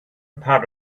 part